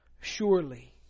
Surely